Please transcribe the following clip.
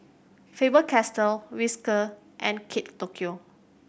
Faber Castell Whiskas and Kate Tokyo